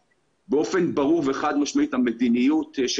באופן ברור וחד משמעי המדיניות של